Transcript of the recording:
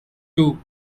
two